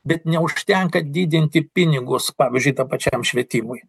bet neužtenka didinti pinigus pavyzdžiui tam pačiam švietimui